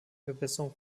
verbesserung